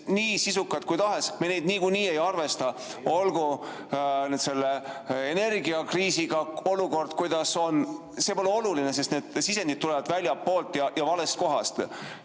nii sisukad kui tahes, me neid niikuinii ei arvesta? Olgu selle energiakriisiga olukord, kuidas on, see pole oluline, sest need sisendid tulevad väljastpoolt ja valest kohast.